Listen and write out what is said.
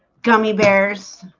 gummy bears